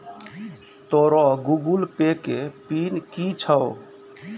तोरो Google Pay के PIN कि छौं?